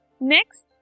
Next